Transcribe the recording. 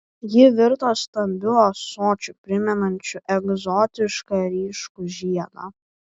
ji virto stambiu ąsočiu primenančiu egzotišką ryškų žiedą